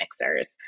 mixers